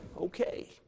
Okay